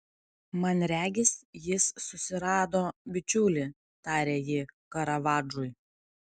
man regis jis susirado bičiulį tarė ji karavadžui